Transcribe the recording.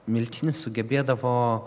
miltinis sugebėdavo